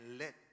let